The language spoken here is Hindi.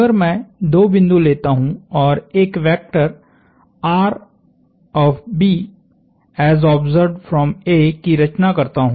अगर मैं दो बिंदु लेता हूं और एक वेक्टरकी रचना करता हूं